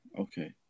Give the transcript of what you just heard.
Okay